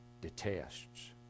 detests